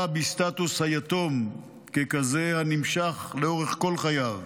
בסטטוס היתום ככזה הנמשך לאורך כל חייו,